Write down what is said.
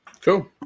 cool